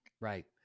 Right